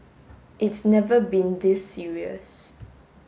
it's never been this serious